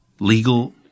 Legal